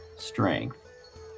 strength